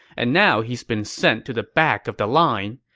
and now he's been sent to the back of the line.